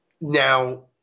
Now